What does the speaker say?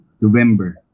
November